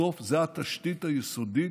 בסוף זו התשתית היסודית,